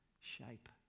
shape